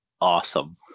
awesome